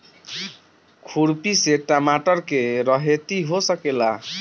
खुरपी से टमाटर के रहेती हो सकेला?